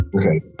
Okay